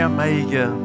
Omega